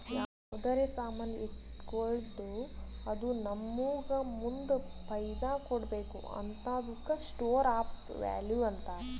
ಯಾವ್ದರೆ ಸಾಮಾನ್ ಇಟ್ಗೋಳದ್ದು ಅದು ನಮ್ಮೂಗ ಮುಂದ್ ಫೈದಾ ಕೊಡ್ಬೇಕ್ ಹಂತಾದುಕ್ಕ ಸ್ಟೋರ್ ಆಫ್ ವ್ಯಾಲೂ ಅಂತಾರ್